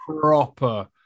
proper